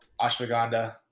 ashwagandha